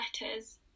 letters